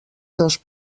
dos